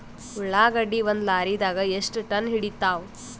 ಉಳ್ಳಾಗಡ್ಡಿ ಒಂದ ಲಾರಿದಾಗ ಎಷ್ಟ ಟನ್ ಹಿಡಿತ್ತಾವ?